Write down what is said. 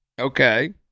Okay